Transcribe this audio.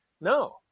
No